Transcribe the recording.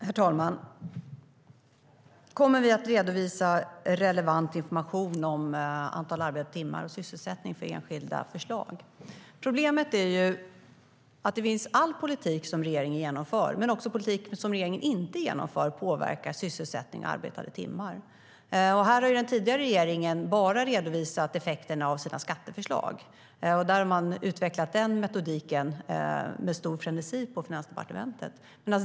Herr talman! Kommer vi att redovisa relevant information om antal arbetade timmar och sysselsättning för enskilda förslag? Problemet är att all politik som regeringen genomför, men också politik som regeringen inte genomför, påverkar sysselsättning och arbetade timmar. Den tidigare regeringen har bara redovisat effekterna av sina skatteförslag. Man har utvecklat den metodiken med stor frenesi på Finansdepartementet.